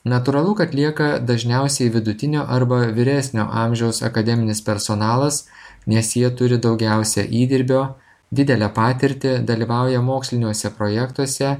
natūralu kad lieka dažniausiai vidutinio arba vyresnio amžiaus akademinis personalas nes jie turi daugiausia įdirbio didelę patirtį dalyvauja moksliniuose projektuose